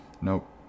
Nope